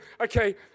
okay